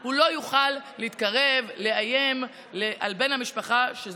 הוא לא יוכל להתקרב, ולאיים על בן המשפחה שהוא